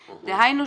דהיינו,